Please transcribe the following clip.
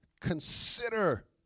consider